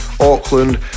auckland